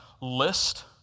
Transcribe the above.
list